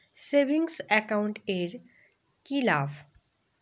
Savings account এর কি লাভ?